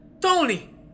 Tony